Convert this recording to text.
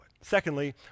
Secondly